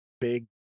big